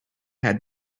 had